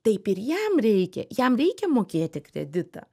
taip ir jam reikia jam reikia mokėti kreditą